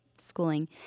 schooling